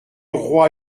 roi